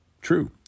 true